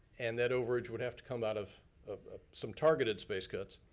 and that overage would have to come out of of ah some targeted space cuts.